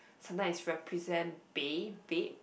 sometime it represent Babe